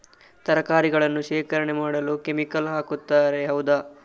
ತರಕಾರಿಗಳನ್ನು ಶೇಖರಣೆ ಮಾಡಲು ಕೆಮಿಕಲ್ ಹಾಕುತಾರೆ ಹೌದ?